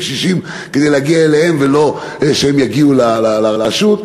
קשישים כדי להגיע אליהם ולא שהם יגיעו לרשות.